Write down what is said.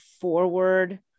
forward